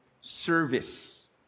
service